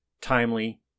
timely